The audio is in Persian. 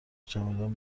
چمدان